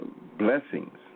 blessings